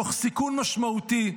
תוך סיכון משמעותי,